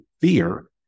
fear